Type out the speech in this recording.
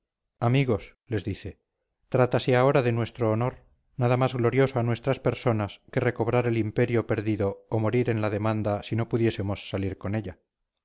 amigos les dice trátase ahora de nuestro honor nada más glorioso a nuestras personas que recobrar el imperio perdido o morir en la demanda si no pudiésemos salir con ella